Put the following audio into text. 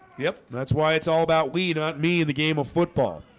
yep, that's why it's all about we not me in the game of football